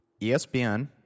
ESPN